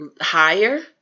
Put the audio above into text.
higher